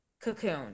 cocoon